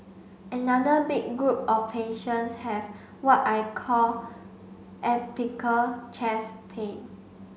another big group of patients have what I call chest pain